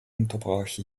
unterbrach